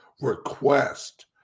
request